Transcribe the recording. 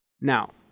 Now